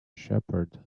shepherd